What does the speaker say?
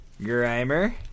Grimer